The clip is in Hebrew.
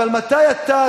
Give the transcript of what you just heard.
אבל מתי אתה,